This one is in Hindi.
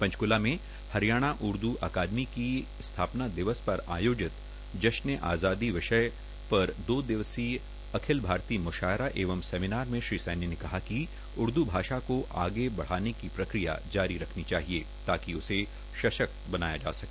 पंचकूला में हरियाणा उर्दू अकादमी के स्थापना दिवस पर आयोजित जश्न ए आज़ादी विषय दो दिवसीय अखिल भारतीय म्शायरा एवं सेमिनार में श्री सैनी ने कहा कि उर्दू भाषा को आगे बढ़ाने की प्रक्रिया जारी रखनी चाहिए ताकि उसे सशक्त बनाया जा सके